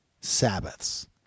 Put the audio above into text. Sabbaths